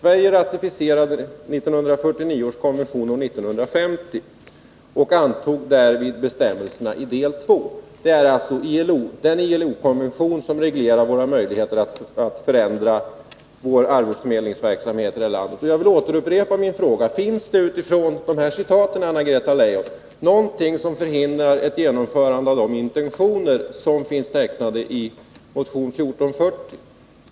Sverige ratificerade 1949 års konvention år 1950 och antog därvid bestämmelserna i del II.” Detta är alltså den ILO-konvention som reglerar våra möjligheter att förändra vår arbetsförmedlingsverksamhet här i landet. Jag vill återupprepa min fråga: Finns det utifrån dessa citat, Anna-Greta Leijon, någonting som hindrar ett genomförande av de intentioner som finns tecknade i motion 1440?